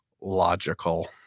logical